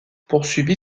poursuivie